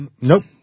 Nope